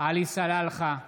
עלי סלאלחה,